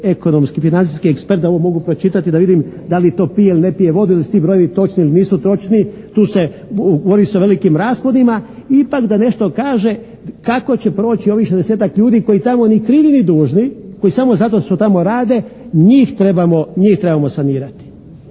ekonomski, financijski ekspert da ovo mogu pročitati da vidim da li to pije ili ne pije vodu, jesu ti brojevi točni ili nisu točni? Tu se govori sa velikim rasponima. Ipak da nešto kaže kako će proći ovih 60-tak ljudi koji tamo ni krivi ni dužni, koji samo zato što tamo rade, njih trebamo, njih